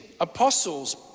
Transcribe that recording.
apostles